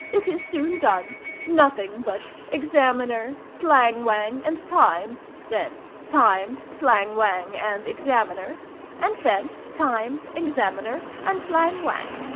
it is soon done nothing but examiner, slang-whang, and times then times, slang-whang, and examiner and then times, examiner, and slang-whang.